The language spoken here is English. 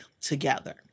together